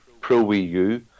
pro-EU